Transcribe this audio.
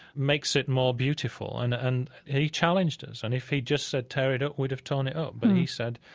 makes it more beautiful and and he challenged us. and if he just said, tear it up, we'd have torn it up, but he said,